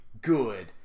good